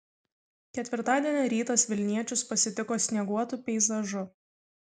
ketvirtadienio rytas vilniečius pasitiko snieguotu peizažu